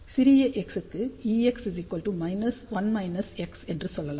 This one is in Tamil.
சிறிய x க்கு ex1 x என்று சொல்லலாம்